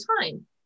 time